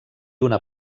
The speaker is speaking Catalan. una